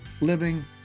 living